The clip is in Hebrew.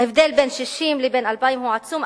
ההבדל בין 60 לבין 2,000 הוא עצום,